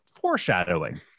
Foreshadowing